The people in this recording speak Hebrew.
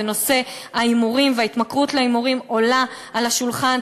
ונושא ההימורים וההתמכרות להימורים עולה על השולחן,